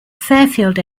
fairfield